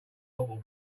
awful